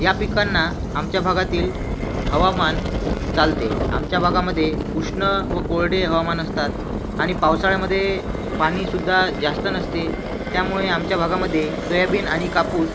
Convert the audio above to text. या पिकांना आमच्या भागातील हवामान चालते आमच्या भागामध्ये उष्ण व कोरडे हवामान असतात आणि पावसाळ्यामध्ये पाणीसुद्धा जास्त नसते त्यामुळे आमच्या भागामध्ये सोयाबीन आणि कापूस